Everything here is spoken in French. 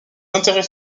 intérêts